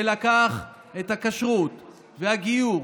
שלקח את הכשרות והגיור,